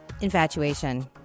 Infatuation